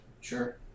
sure